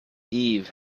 eve